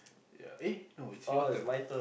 ya eh not it's your turn